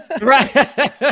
right